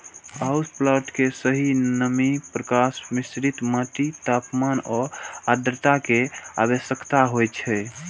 house plant कें सही नमी, प्रकाश, मिश्रित माटि, तापमान आ आद्रता के आवश्यकता होइ छै